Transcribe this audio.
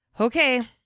okay